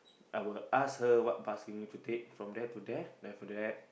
I will ask her what bus you need to take from there to there then after that